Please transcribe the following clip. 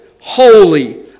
holy